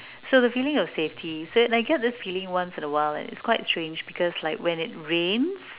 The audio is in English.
so the feeling of safety so I get this feeling once in a while it's quite strange because when it rains